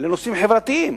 לנושאים חברתיים.